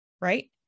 right